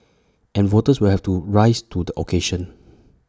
and voters will have to rise to the occasion